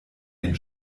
den